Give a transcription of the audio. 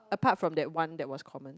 apart from that one that was common